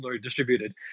distributed